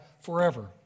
forever